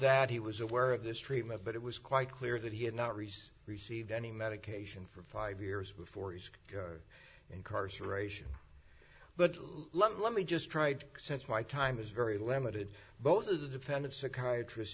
that he was aware of this treatment but it was quite clear that he had not received received any medication for five years before his incarceration but let me just tried since my time is very limited both of the defend of psychiatrists